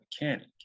mechanic